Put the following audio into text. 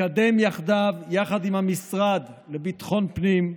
נקדם יחדיו, יחד עם המשרד לביטחון פנים,